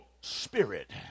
spirit